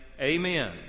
Amen